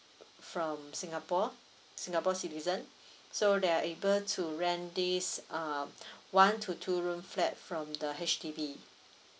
from singapore singapore citizen so they are able to rent this um one to two room flat from the H_D_B